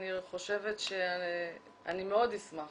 אני חושבת שאני מאוד אשמח